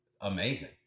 amazing